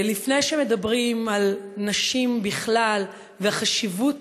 לפני שמדברים על נשים בכלל ועל החשיבות